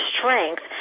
strength